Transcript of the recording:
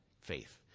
faith